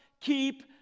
keep